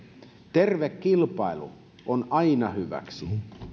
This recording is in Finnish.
terve kilpailu on aina hyväksi